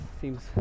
seems